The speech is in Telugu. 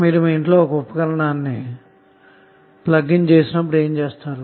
మీరు మీ ఇంట్లో ఒక ఉపకరణాన్ని ప్లగ్ ఇన్ చేసినప్పుడుఏమిచేస్తారు